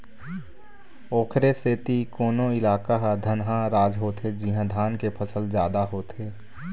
ओखरे सेती कोनो इलाका ह धनहा राज होथे जिहाँ धान के फसल जादा होथे